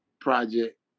Project